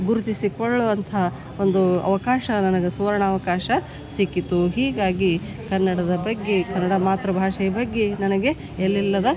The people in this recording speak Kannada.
ಗುರುತಿಸಿಕೊಳ್ಳುವಂಥ ಒಂದು ಅವಕಾಶ ನನಗೆ ಸುವರ್ಣ ಅವಕಾಶ ಸಿಕ್ಕಿತ್ತು ಹೀಗಾಗಿ ಕನ್ನಡದ ಬಗ್ಗೆ ಕನ್ನಡ ಮಾತೃಭಾಷೆಯ ಬಗ್ಗೆ ನನಗೆ ಎಲ್ಲಿಲ್ಲದ